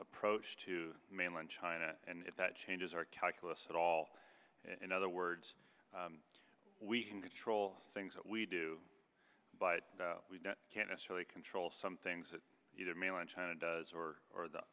approach to mainland china and if that changes our calculus at all in other words we can control things that we do but we can't necessarily control some things that mainland china does or or the